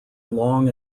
long